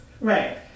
right